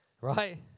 right